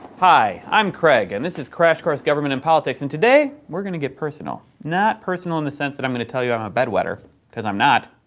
hi, i'm craig, and this is crash course government and politics. and today, we're gonna get personal. not personal in the sense that i'm gonna tell you i'm a bed wetter cause i'm not.